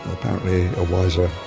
apparently a wiser